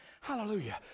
Hallelujah